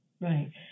Right